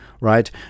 right